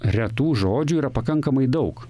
retų žodžių yra pakankamai daug